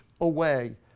away